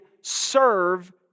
serve